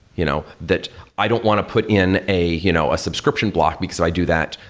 you know that i don't want to put in a you know a subscription block, because if i do that,